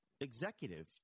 executive